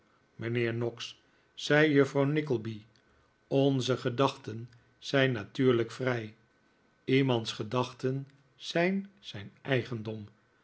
mijnheer noggs zei juffrouw nickleby onze gedachten zijn natuurlijk vrij iemands gedachten zijn zijn eigendom